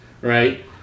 right